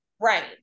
right